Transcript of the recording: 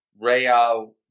Real